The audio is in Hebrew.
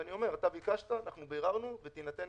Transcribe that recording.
אתה ביקשת, אנחנו ביררנו ותינתן